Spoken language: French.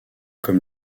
comme